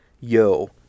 Yo